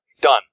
Done